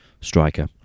striker